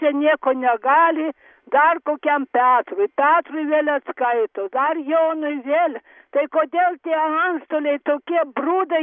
čia nieko negali dar kokiam petrui petrui vėl atskaito dar jonui vėl tai kodėl tie antstoliai tokie brudai